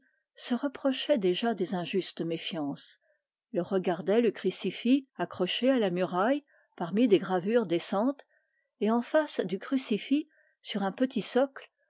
se reprochait déjà ses injustes méfiances il regardait le crucifix accroché à la muraille parmi des gravures décentes et en face du crucifix sur un petit socle